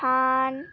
খান